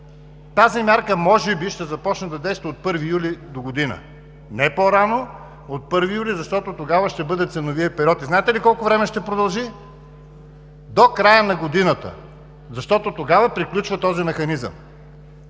тази мярка може би ще започне да действа от 1 юли догодина. Не по-рано от 1 юли, защото тогава ще бъде ценовият период. И знаете ли колко време ще продължи? До края на годината, защото тогава приключва този механизъм.